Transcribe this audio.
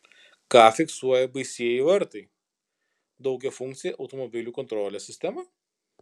ką fiksuoja baisieji vartai daugiafunkcė automobilių kontrolės sistema